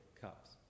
cups